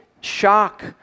shock